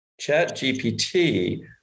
ChatGPT